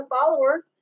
follower